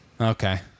Okay